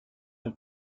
elle